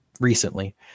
recently